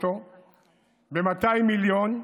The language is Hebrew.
ב-200 מיליון,